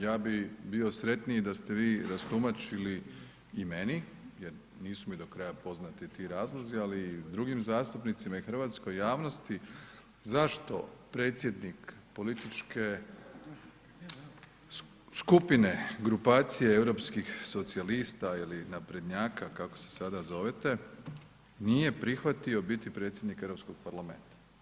Ja bi bio sretniji da ste vi rastumačili i meni jer mi nisu do kraja poznati ti razlozi, ali i drugim zastupnicima i hrvatskoj javnosti, zašto predsjednik političke skupine, grupacije europskih socijalista ili naprednjaka kako se sada zovete, nije prihvatio biti predsjednik Europskog parlamenta.